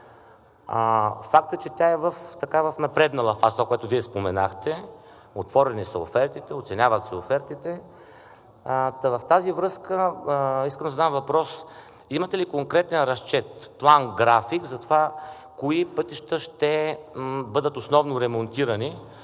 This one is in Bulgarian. Факт е, че тя е в напреднала фаза – това, което Вие споменахте, отворени са офертите, оценяват се офертите. В тази връзка искам да задам въпрос: имате ли конкретен разчет, план-график за това кои пътища ще бъдат основно ремонтирани